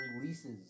releases